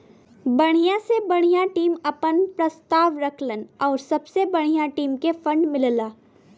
बढ़िया से बढ़िया टीम आपन प्रस्ताव रखलन आउर सबसे बढ़िया टीम के फ़ंड मिलला